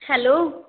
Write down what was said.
hello